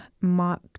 mark